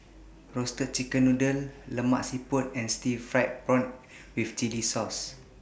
Roasted Chicken Noodle Lemak Siput and Stir Fried Prawn with Chili Sauce